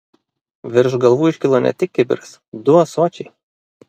virš galvų iškilo ne tik kibiras du ąsočiai